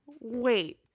Wait